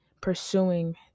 pursuing